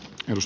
jos